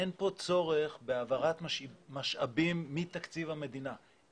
אין כאן צורך בהעברת משאבים מתקציב המדינה.